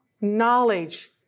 knowledge